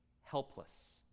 helpless